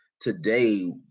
today